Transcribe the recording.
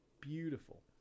beautiful